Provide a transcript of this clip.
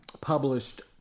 published